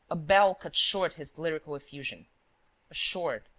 a bell cut short his lyrical effusion, a short,